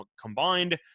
combined